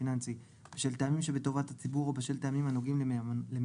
פיננסי בשל טעמים של טובת הציבור או בשל טעמים הנוגעים למהימנותו,